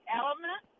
element